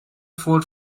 fault